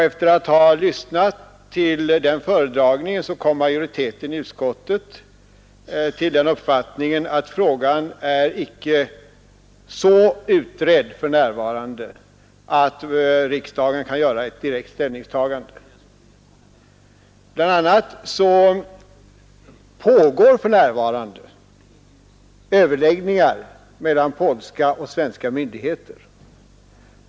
Efter att ha lyssnat till den föredragningen kom majoriteten i utskottet till uppfattningen att frågan icke är så utredd att riksdagen för närvarande kan göra ett direkt ställningstagande. BI. a. pågår överläggningar mellan polska och svenska myndigheter.